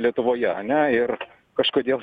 lietuvoje ane ir kažkodėl